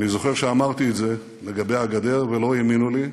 אני זוכר שאמרתי את זה לגבי הגדר ולא האמינו לי.